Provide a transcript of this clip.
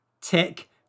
tick